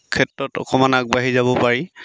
ক্ষেত্ৰত অকণমান আগবাঢ়ি যাব পাৰি